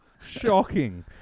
Shocking